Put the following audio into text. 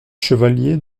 chevalier